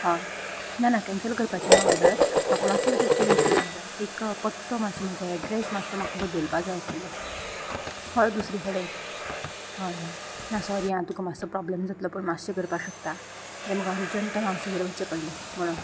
हय ना ना कॅन्सल करपाची ना ऑर्डर म्हाका मात्सो भितर चेंज करपा जाय एक पत्तो मात्सो म्हजो एड्रॅस मातसो म्हाका बदलपा जाय आसलो हय दुसरे कडेन हय हय ना सॉरी आं तुका मात्सो प्रॉब्लम जातलो पूण मात्शें करपा शकता आरे म्हाका अर्जंट मावशेगेर वचचें पडलें म्हणून